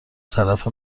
طرف